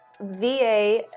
VA